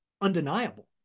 undeniable